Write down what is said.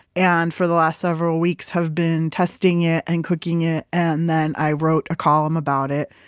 and for the last several weeks, have been testing it and cooking it, and then i wrote a column about it,